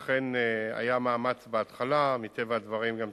היה אכן היה מאמץ בהתחלה, ומטבע הדברים גם תקלות,